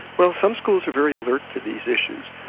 well some schools are very alert to these issues,